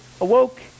awoke